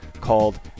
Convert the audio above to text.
called